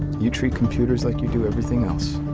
you treat computers like you do everything else.